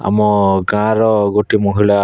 ଆମ ଗାଁର ଗୋଟେ ମହିଳା